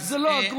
זה לא הגון.